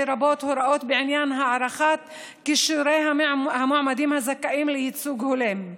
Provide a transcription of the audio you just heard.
לרבות הוראות בעניין הערכת כישורי המועמדים הזכאים לייצוג הולם.